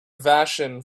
vashon